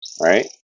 Right